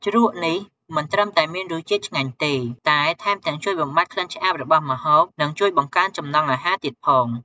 ជ្រក់នេះមិនត្រឹមតែមានរសជាតិឆ្ងាញ់ទេ តែថែមទាំងជួយបំបាត់ក្លិនឆ្អាបរបស់ម្ហូប និងជួយបង្កើនចំណង់អាហារទៀតផង។